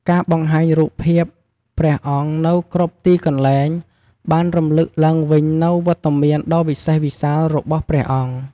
ការបង្ហាញរូបភាពព្រះអង្គនៅគ្រប់ទីកន្លែងបានរំលឹកឡើងវិញនូវវត្តមានដ៏វិសេសវិសាលរបស់ព្រះអង្គ។